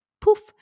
poof